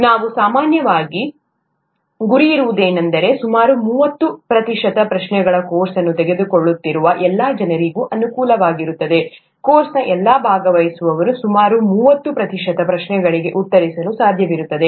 ನಾವು ಸಾಮಾನ್ಯವಾಗಿ ಗುರಿಯಿರುವುದೇನೆಂದರೆ ಸುಮಾರು ಮೂವತ್ತು ಪ್ರತಿಶತ ಪ್ರಶ್ನೆಗಳು ಕೋರ್ಸ್ ತೆಗೆದುಕೊಳ್ಳುತ್ತಿರುವ ಎಲ್ಲ ಜನರಿಗೆ ಅನುಕೂಲಕರವಾಗಿರುತ್ತದೆ ಕೋರ್ಸ್ನ ಎಲ್ಲಾ ಭಾಗವಹಿಸುವವರು ಸುಮಾರು ಮೂವತ್ತು ಪ್ರತಿಶತ ಪ್ರಶ್ನೆಗಳಿಗೆ ಉತ್ತರಿಸಲು ಸಾಧ್ಯವಾಗುತ್ತದೆ